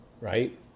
right